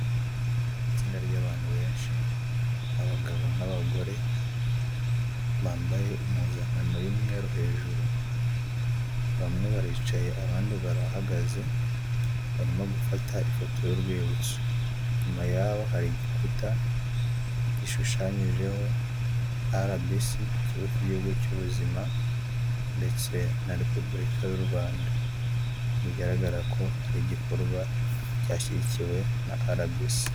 Itsinda ry'abantu benshi abagabo n'abagore bambaye impuzankano y'umweru hejuru ,bamwe baricaye abandi barahagaze barimo gufata ifoto y'urwibutso ,nyuma y'aho hari igikuta gishushanyijeho RBC ikigo cy'igihugu cy'ubuzima ndetse na repubulika yu Rwanda bigaragara ko ari igikorwa cyashyigikiwe na RBC.